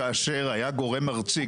כאשר היה גורם ארצי,